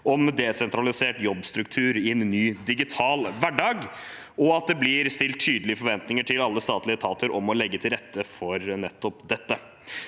om desentralisert jobbstruktur i en ny digital hverdag, og at det blir stilt tydelige forventninger til alle statlige etater om å legge til rette for nettopp